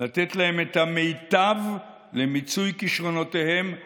לתת להם את המיטב למיצוי כישרונותיהם הייחודיים,